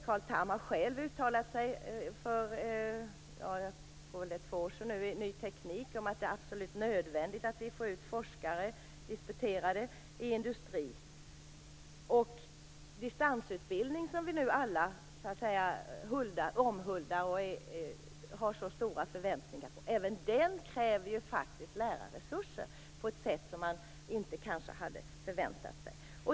Carl Tham har själv uttalat sig för två år sedan i Ny Teknik att det är absolut nödvändigt att vi får ut disputerade forskare i industrin. Distansutbildningen, som vi nu alla omhuldar och har så stora förväntningar på, kräver faktiskt också lärarresurser på ett sätt som man kanske inte hade förväntat sig.